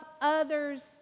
others